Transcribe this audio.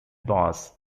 bass